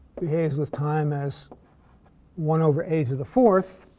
behaves with time as one over a to the fourth.